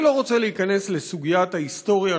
אני לא רוצה להיכנס לסוגיית ההיסטוריה